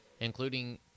including